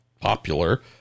popular